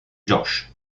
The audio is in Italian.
josh